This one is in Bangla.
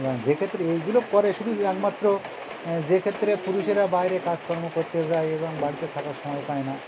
যে ক্ষেত্রে এইগুলো করে শুধু একমাত্র যে ক্ষেত্রে পুরুষেরা বাইরে কাজকর্ম করতে যায় এবং বাড়িতে থাকার সময় পায় না